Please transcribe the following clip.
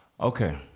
Okay